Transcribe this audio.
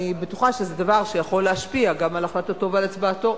אני בטוחה שזה דבר שיכול להשפיע גם על החלטתו ועל הצבעתו.